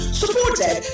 supported